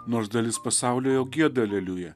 nors dalis pasaulio jau gieda aleliuja